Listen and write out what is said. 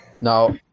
Now